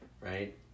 right